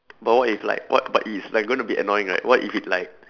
but what if like what what is like going to be annoying right what if it like